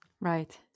Right